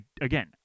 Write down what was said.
again